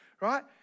right